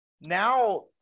now